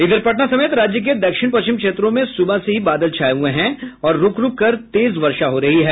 इधर पटना समेत राज्य के दक्षिण पश्चिम क्षेत्रों में सुबह से ही बादल छाये हुये हैं और रूक रूक कर तेज वर्षा हो रही है